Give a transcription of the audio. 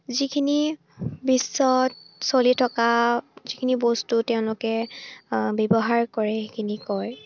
যিখিনি বিশ্বত চলি থকা যিখিনি বস্তু তেওঁলোকে ব্যৱহাৰ কৰে সেইখিনি কয়